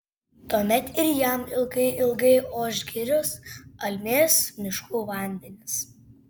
tuomet ir jam ilgai ilgai oš girios almės miškų vandenys